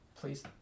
Please